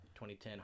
2010